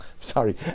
sorry